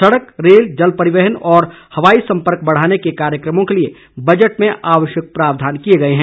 सड़क रेल जल परिवहन और हवाई संपर्क बढ़ाने के कार्यक्रमों के लिए बजट में आवश्यक प्रावधान किए गए हैं